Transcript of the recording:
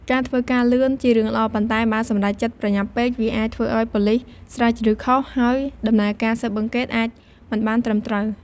ការធ្វើការលឿន ជារឿងល្អ ប៉ុន្តែបើ សម្រេចចិត្តប្រញាប់ពេក វាអាចធ្វើឲ្យ ប៉ូលិសស្រាវជ្រាវខុស ហើយ ដំណើរការស៊ើបអង្កេត អាច មិនបានត្រឹមត្រូវ។